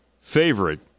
favorite